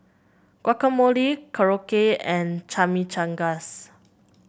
Guacamole Korokke and Chimichangas